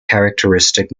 characteristic